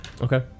Okay